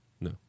no